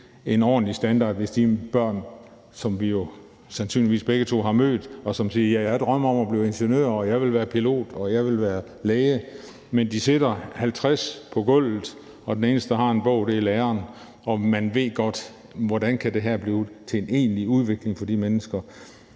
en ordentlig standard, hvis de børn, som vi jo sandsynligvis begge to har mødt, siger: Jeg drømmer om at blive ingeniør. Jeg vil være pilot. Jeg vil være læge. De sidder 50 på gulvet, og den eneste, der har en bog, er læreren. Og man tænker, hvordan det her kan blive til en egentlig udvikling for de mennesker,